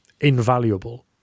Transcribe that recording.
invaluable